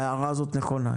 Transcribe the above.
ההערה הזאת נכונה.